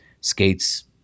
skates